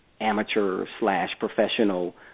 amateur-slash-professional